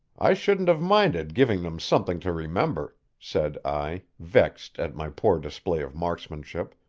i shouldn't have minded giving them something to remember, said i, vexed at my poor display of marksmanship,